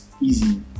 easy